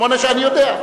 שמונה שנים, אני יודע.